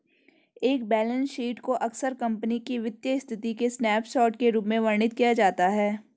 एक balance sheet को अक्सर कंपनी की वित्तीय स्थिति के स्नैपशॉट के रूप में वर्णित किया जाता है